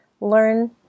Learn